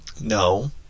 No